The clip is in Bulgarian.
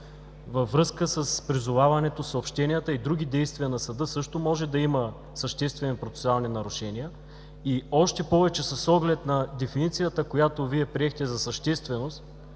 Във връзка с призоваването, съобщенията и други действия на съда също може да има съществени процесуални нарушения, още повече с оглед дефиницията, която приехте преди малко,